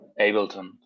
Ableton